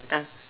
ah